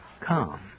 come